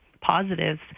positives